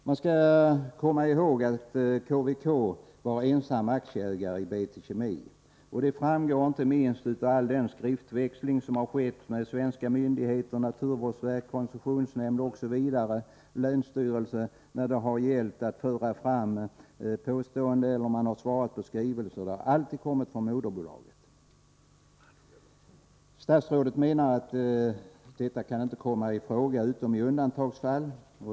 Man skall komma ihåg att KVK var ensam aktieägare i BT Kemi. Det framgår inte minst av all den skriftväxling som har skett med svenska myndigheter, naturvårdsverket, koncessionsnämnden, länsstyrelsen osv. När det gällt att föra fram påståenden eller svara på skrivelser har allt kommit från moderbolaget. Statsrådet menar att detta inte kan komma i fråga utom i undantagsfall.